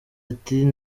ati